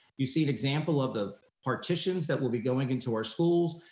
you see an example of the partitions that will be going into our schools,